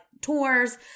tours